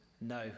no